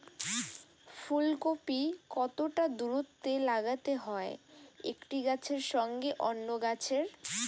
ফুলকপি কতটা দূরত্বে লাগাতে হয় একটি গাছের সঙ্গে অন্য গাছের?